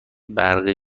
برقی